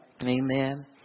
Amen